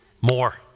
More